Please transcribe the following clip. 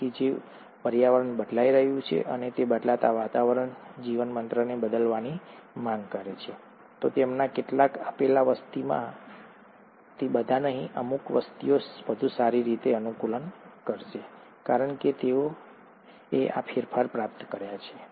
તેથી જો પર્યાવરણ બદલાઈ રહ્યું છે અને તે બદલાતા વાતાવરણ જીવતંત્રને બદલવાની માંગ કરે છે તો તેમાંના કેટલાક આપેલ વસ્તીમાં તે બધા નહીં અમુક વ્યક્તિઓ વધુ સારી રીતે અનુકૂલન કરશે કારણ કે તેઓએ આ ફેરફારો પ્રાપ્ત કર્યા છે